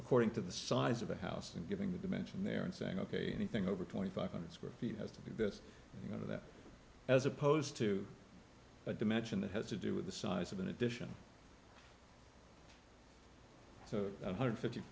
according to the size of a house and giving the dimension there and saying ok anything over twenty five hundred square feet has to be this or that as opposed to a dimension that has to do with the size of an addition to one hundred fifty